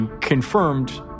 confirmed